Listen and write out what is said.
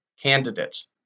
candidates